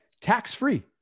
tax-free